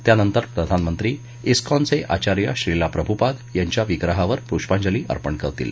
त्यानंतर प्रधानमंत्री स्कॉनचे आचार्य श्रीला प्रभूपाद यांच्या विग्रहांवर पुष्पांजली अर्पण करतील